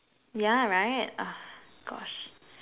yeah right ah gosh